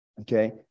okay